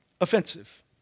offensive